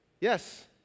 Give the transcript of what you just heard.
Yes